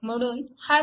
म्हणून हा लूप आहे